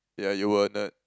ya you were a nerd